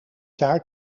jaar